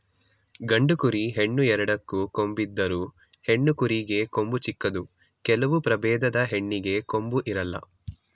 ಗಂಡು ಕುರಿ, ಹೆಣ್ಣು ಎರಡಕ್ಕೂ ಕೊಂಬಿದ್ದರು, ಹೆಣ್ಣು ಕುರಿಗೆ ಕೊಂಬು ಚಿಕ್ಕದು ಕೆಲವು ಪ್ರಭೇದದ ಹೆಣ್ಣಿಗೆ ಕೊಂಬು ಇರಲ್ಲ